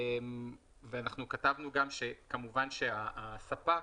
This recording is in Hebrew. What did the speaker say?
כתבנו גם שכמובן שהספק